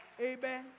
Amen